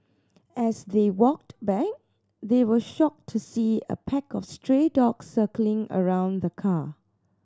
as they walked back they were shocked to see a pack of stray dogs circling around the car